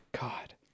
God